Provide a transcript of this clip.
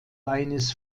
eines